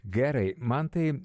gerai mantai